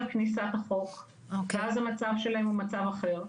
כניסת החוק ואז המצב שלהם הוא מצב אחר,